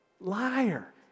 liar